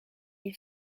est